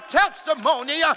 testimony